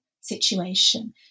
situation